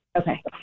Okay